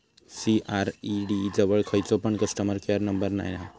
CRED जवळ खयचो पण कस्टमर केयर नंबर नाय हा